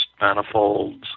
manifolds